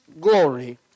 glory